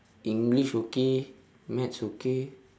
english okay maths okay